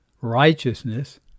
righteousness